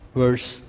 verse